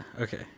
okay